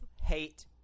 hate